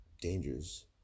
dangers